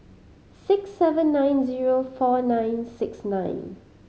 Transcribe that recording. six seven nine zero four nine six nine